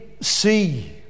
see